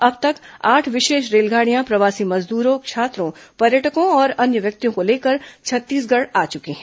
अब तक आठ विशेष रेलगाड़ियां प्रवासी मजदूरों छात्रों पर्यटकों और अन्य व्यक्तियों को लेकर छत्तीसगढ़ आ चुकी हैं